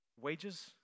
Wages